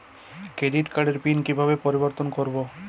Credit কার্ডের PIN কিভাবে পরিবর্তন করবো?